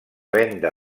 venda